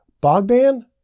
Bogdan